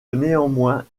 néanmoins